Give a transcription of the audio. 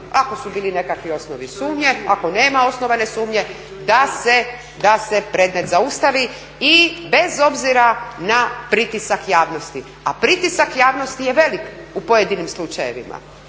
Ako su bili nekakvi osnovi sumnje, ako nema osnovane sumnje da se predmet zaustavi i bez obzira na pritisak javnosti, a pritisak javnosti je velik u pojedinim slučajevima